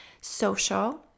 social